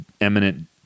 eminent